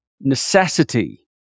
necessity